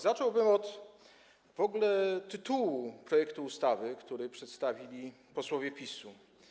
Zacząłbym w ogóle od tytułu projektu ustawy, który przedstawili posłowie PiS-u.